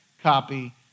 copy